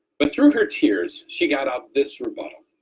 but through her tears, she got out this rebuttal.